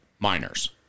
Minors